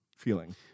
feeling